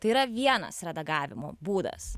tai yra vienas redagavimo būdas